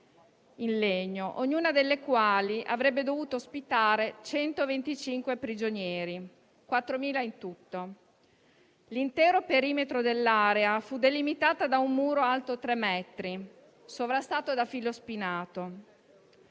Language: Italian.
in legno, ognuna delle quali avrebbe dovuto ospitare 125 prigionieri, 4.000 in tutto. L'intero perimetro dell'area fu delimitato da un muro alto tre metri, sovrastato da filo spinato: